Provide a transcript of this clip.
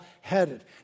headed